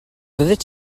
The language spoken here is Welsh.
fyddet